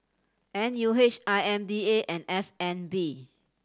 N U H I M D A and S N B